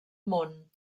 món